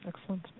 Excellent